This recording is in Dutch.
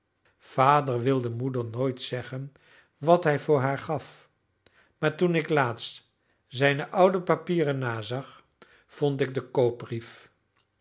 vader wilde moeder nooit zeggen wat hij voor haar gaf maar toen ik laatst zijne oude papieren nazag vond ik den